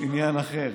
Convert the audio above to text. עניין אחר.